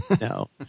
No